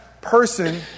person